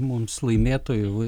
mums laimėtojų